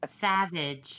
Savage